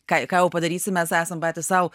ką ką jau padarysi mes esam patys sau